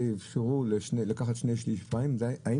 האם זה שאפשרו לקחת שני שליש פריים האם